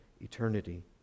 eternity